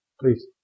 Please